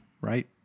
right